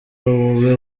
wowe